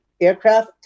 Aircraft